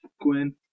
Gwen